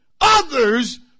others